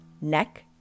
neck